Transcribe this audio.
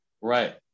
Right